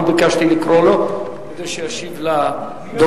אני ביקשתי לקרוא לו כדי שישיב לדוברים.